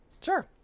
Sure